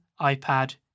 iPad